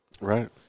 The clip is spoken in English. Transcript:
right